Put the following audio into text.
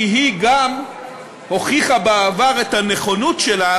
כי היא גם הוכיחה בעבר את הנכונות שלה